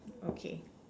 okay